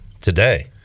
today